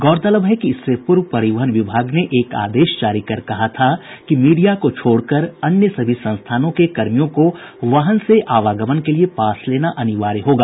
गौरतलब है कि इससे पूर्व परिवहन विभाग ने एक आदेश जारी कर कहा था कि मीडिया को छोड़कर अन्य सभी संस्थानों के कर्मियों के वाहन से आवागमन के लिए पास लेना अनिवार्य होगा